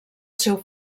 seu